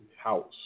house